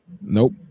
Nope